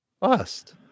Bust